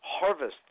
harvest